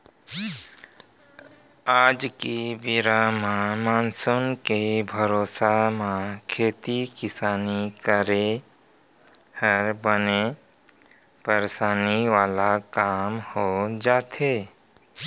आज के बेरा म मानसून के भरोसा म खेती किसानी करे हर बने परसानी वाला काम हो जाथे